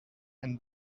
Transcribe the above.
and